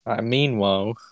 Meanwhile